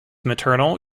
maternal